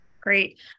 Great